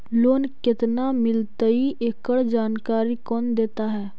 Loan केत्ना मिलतई एकड़ जानकारी कौन देता है?